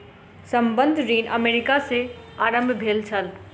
संबंद्ध ऋण अमेरिका में आरम्भ भेल छल